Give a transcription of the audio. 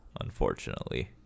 unfortunately